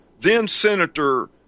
then-Senator